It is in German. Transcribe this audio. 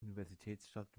universitätsstadt